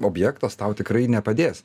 objektas tau tikrai nepadės